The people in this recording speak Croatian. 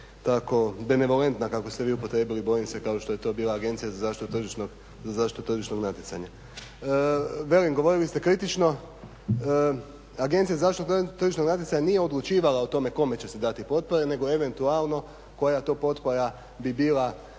tako benevolentna, kako ste vi upotrijebili, bojim se kao što je to bila Agencija za zaštitu tržišnog natjecanja. Velim govorili ste kritično, Agencija za zaštitu tržišnog natjecanja nije odlučivala o tome kome će se dati potpore nego eventualno koja to potpora bi bila